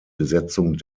besetzung